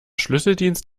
schlüsseldienst